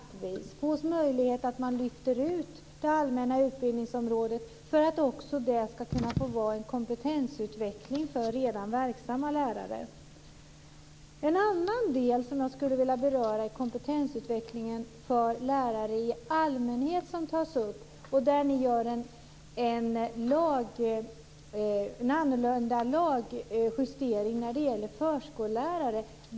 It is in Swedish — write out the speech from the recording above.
Skulle ni kunna tänka er möjligheten att man lyfter ut det allmänna utbildningsområdet för att det också ska kunna få vara en kompetensutveckling för redan verksamma lärare? En annan del som jag skulle vilja beröra är kompetensutvecklingen för lärare i allmänhet som tas upp. Där gör ni en annorlunda lagjustering när det gäller förskollärare.